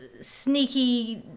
sneaky